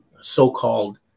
so-called